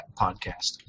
podcast